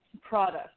product